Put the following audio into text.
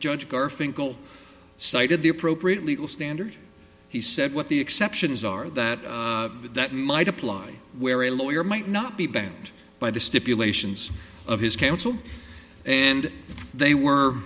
judge garfinkel cited the appropriate legal standard he said what the exceptions are that that might apply where a lawyer might not be banned by the stipulations of his counsel and they were